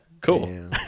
cool